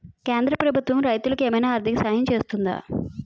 కేంద్ర ప్రభుత్వం రైతులకు ఏమైనా ఆర్థిక సాయం చేస్తుందా?